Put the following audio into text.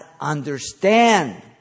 understand